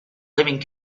living